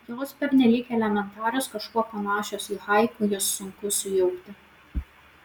jos pernelyg elementarios kažkuo panašios į haiku jas sunku sujaukti